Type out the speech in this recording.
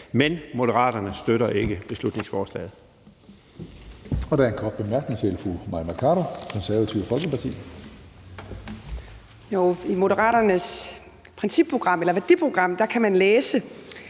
Men Moderaterne støtter ikke beslutningsforslaget.